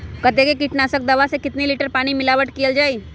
कतेक किटनाशक दवा मे कितनी लिटर पानी मिलावट किअल जाई?